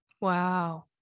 Wow